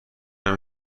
این